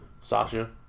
Sasha